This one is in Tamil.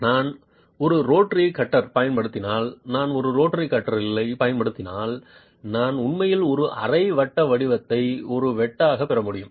நான் ஒரு ரோட்டரி கட்டர் பயன்படுத்தினால் நான் ஒரு ரோட்டரி ட்ரில்லை பயன்படுத்தினால் நான் உண்மையில் ஒரு அரை வட்ட வடிவத்தை ஒரு வெட்டாகப் பெற முடியும்